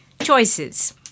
choices